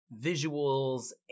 visuals